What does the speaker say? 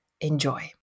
enjoy